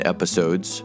Episodes